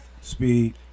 Speed